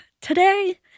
Today